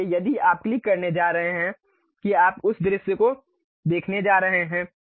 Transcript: इसलिए यदि आप क्लिक करने जा रहे हैं कि आप उस दृश्य को देखने जा रहे हैं